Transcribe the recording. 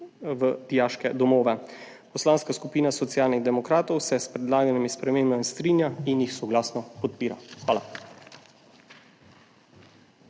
v dijaške domove. Poslanska skupina Socialnih demokratov se s predlaganimi spremembami strinja in jih soglasno podpira. Hvala.